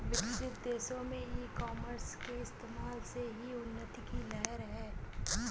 विकसित देशों में ई कॉमर्स के इस्तेमाल से ही उन्नति की लहर है